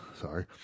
sorry